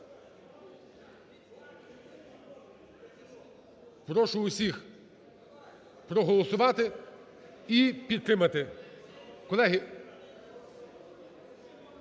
Прошу усіх проголосувати і підтримати.